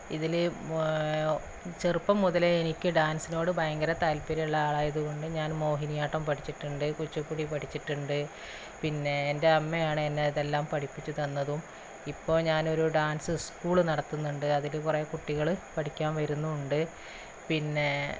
ഇതിൽ ചെറുപ്പം മുതലേ എനിക്ക് ഡാൻസിനോട് ഭയങ്കര താൽപര്യമുള്ള ആളായതുകൊണ്ട് ഞാൻ മോഹിനിയാട്ടം പഠിച്ചിട്ടുണ്ട് കുച്ചിപ്പുടി പഠിച്ചിട്ടുണ്ട് പിന്നെ എൻ്റെ അമ്മയാണ് എന്നെ ഇതെല്ലാം പടിപ്പിച്ച് തന്നതും ഇപ്പോൾ ഞാനൊരു ഡാൻസ് സ്കൂള് നടത്തുന്നുണ്ട് അതിൽ കുറേ കുട്ടികൾ പഠിക്കാൻ വരുന്നും ഉണ്ട്